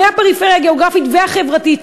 מהפריפריה הגיאוגרפית והחברתית,